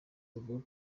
bavuga